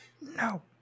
No